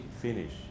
finish